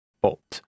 Bolt